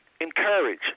encourage